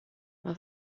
mae